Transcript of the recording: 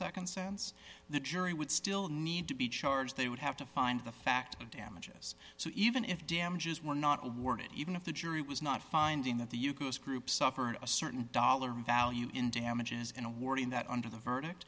nd sense the jury would still need to be charged they would have to find the fact of damages so even if damages were not awarded even if the jury was not finding that the yukos group suffered a certain dollar value in damages and awarding that under the verdict